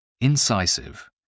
Incisive